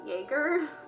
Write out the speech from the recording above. Jaeger